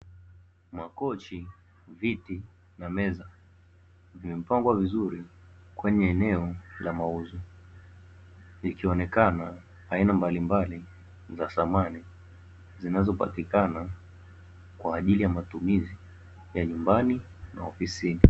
Makochi, viti na Meza vimepangwa vizuri kwenye eneo la mauzo, ikionekana aina mbalimbali za samani zinazopatikana kwa ajili ya matumizi ya nyumbani na maofisini.